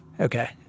Okay